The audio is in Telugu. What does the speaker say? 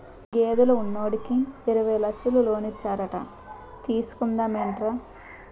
గేదెలు ఉన్నోడికి యిరవై లచ్చలు లోనిస్తారట తీసుకుందా మేట్రా